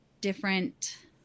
different